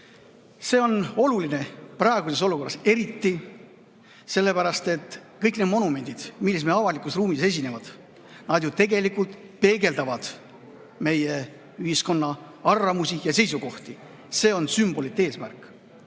eriti oluline praeguses olukorras, sellepärast et kõik need monumendid, mis meie avalikus ruumis on, tegelikult ju peegeldavad meie ühiskonna arvamusi ja seisukohti. See on sümbolite eesmärk.